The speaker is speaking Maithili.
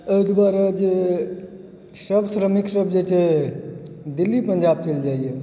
ओहि दुआरे जे सब श्रमिक सब जे छै दिल्ली पञ्जाब चलि जाइए